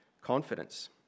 confidence